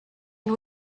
nhw